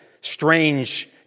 strange